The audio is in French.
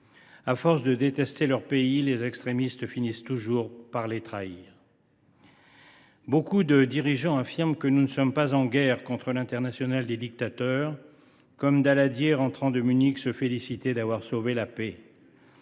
À force de détester leur pays, les extrémistes finissent toujours par le trahir. Beaucoup de nos dirigeants affirment que nous ne sommes pas en guerre contre l’internationale des dictateurs, comme Daladier rentrant de Munich se félicitait d’avoir sauvé la paix.